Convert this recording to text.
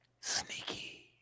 Sneaky